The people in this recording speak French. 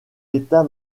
état